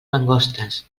mangostes